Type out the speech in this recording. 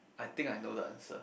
I think I know the answer